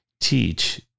teach